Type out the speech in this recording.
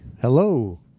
Hello